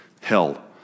hell